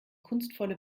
kunstvolle